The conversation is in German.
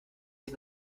sie